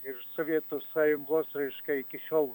ir sovietų sąjungos raiška iki šiol